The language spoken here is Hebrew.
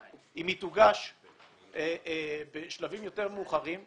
אם הא תוגש בשלבים יותר מאוחרים,